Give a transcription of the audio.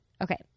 Okay